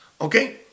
okay